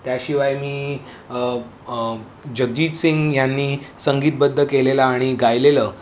त्याशिवाय मी जगीत सिंग यांनी संगीतबद्द केलेलं आणि गायलेलं